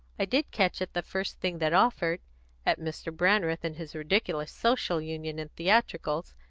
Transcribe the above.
i did catch at the first thing that offered at mr. brandreth and his ridiculous social union and theatricals,